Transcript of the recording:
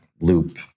loop